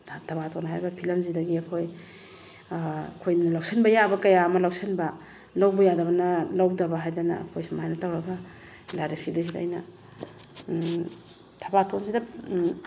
ꯊꯕꯥꯇꯣꯟ ꯍꯥꯏꯔꯤꯕ ꯐꯤꯂꯝꯁꯤꯗꯒꯤ ꯑꯩꯈꯣꯏ ꯑꯩꯈꯣꯏꯅ ꯂꯧꯁꯤꯟꯕ ꯌꯥꯕ ꯀꯌꯥ ꯑꯃ ꯂꯧꯁꯤꯟꯕ ꯂꯧꯕ ꯌꯥꯗꯕꯅ ꯂꯧꯗꯕ ꯍꯥꯏꯗꯅ ꯑꯩꯈꯣꯏ ꯁꯨꯃꯥꯏꯅ ꯇꯧꯔꯒ ꯂꯥꯏꯔꯤꯛꯁꯤꯗꯩꯁꯤꯗ ꯑꯩꯅ ꯊꯕꯥꯇꯣꯟꯁꯤꯗ